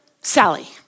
Sally